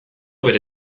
bere